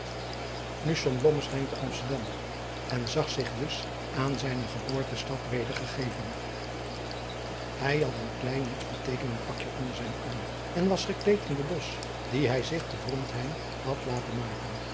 nu stond blommesteyn te amsterdam en zag zich dus aan zijne geboortestad weder gegeven hij had een klein niets beteekenend pakje onder zijn arm en was gekleed in den dos dien hij zich te drontheim had laten maken